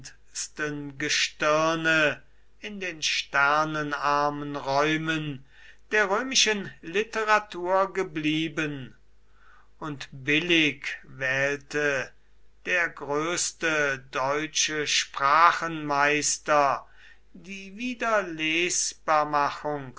gestirne in den sternenarmen räumen der römischen literatur geblieben und billig wählte der größte deutsche sprachenmeister die